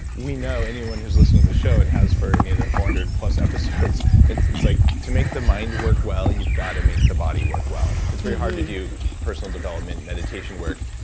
we know, anyone who's listening to the show, and has for any of the four hundred plus episodes, it's it's like, to make the mind work well, you've gotta make the body work well. it's very hard to do personal development meditation work,